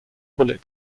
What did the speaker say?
bullet